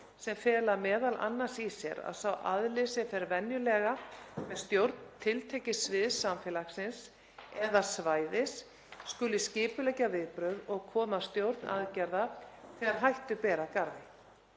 sem fela m.a. í sér að sá aðili sem fer venjulega með stjórn tiltekins sviðs samfélagsins eða svæðis skuli skipuleggja viðbrögð og koma að stjórn aðgerða þegar hættu ber að garði.